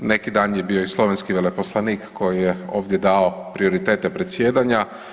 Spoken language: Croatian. Neki dan je bio i slovenski veleposlanik koji je ovdje dao prioritete predsjedanja.